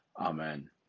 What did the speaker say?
amen